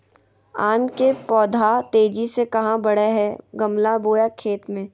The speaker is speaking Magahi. आम के पौधा तेजी से कहा बढ़य हैय गमला बोया खेत मे?